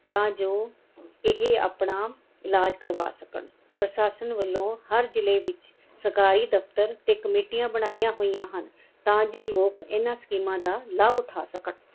ਤਾਂ ਜੋ ਇਹ ਆਪਣਾ ਇਲਾਜ ਕਰਵਾ ਸਕਣ ਪ੍ਰਸ਼ਾਸਨ ਵੱਲੋਂ ਹਰ ਜ਼ਿਲ੍ਹੇ ਵਿੱਚ ਸਰਕਾਰੀ ਦਫਤਰ ਅਤੇ ਕਮੇਟੀਆਂ ਬਣਾਈਆਂ ਹੋਈਆਂ ਹਨ ਤਾਂ ਜੋ ਲੋਕ ਇਹਨਾਂ ਸਕੀਮਾਂ ਦਾ ਲਾਭ ਉਠਾ ਸਕਣ